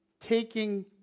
taking